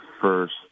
first